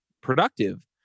productive